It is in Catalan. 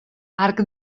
arc